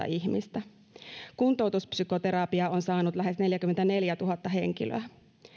ihmistä kuntoutuspsykoterapiaa on saanut lähes neljäkymmentäneljätuhatta henkilöä